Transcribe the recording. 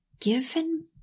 given